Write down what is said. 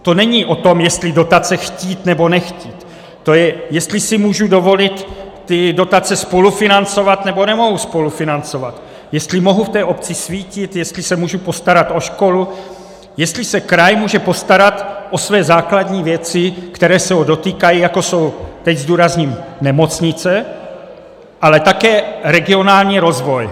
To není o tom, jestli dotace chtít, nebo nechtít, to je, jestli si můžu dovolit dotace spolufinancovat, nebo nemohu dovolit spolufinancovat, jestli mohu v té obci svítit, jestli se můžu postarat o školu, jestli se kraj může postarat o své základní věci, které se ho dotýkají, jako jsou teď zdůrazním nemocnice, ale také regionální rozvoj.